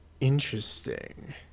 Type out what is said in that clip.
interesting